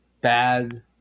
bad